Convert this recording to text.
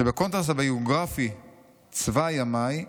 שבקונטרס הביוגרפי 'צבא ימי'